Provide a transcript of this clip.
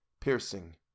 Piercing